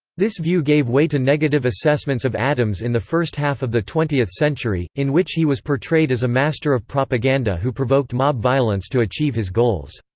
this view gave way to negative assessments of adams in the first half of the twentieth century, in which he was portrayed as a master of propaganda who provoked mob violence to achieve his goals.